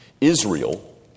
Israel